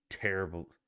terrible